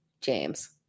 James